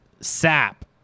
sap